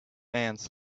ants